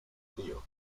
tío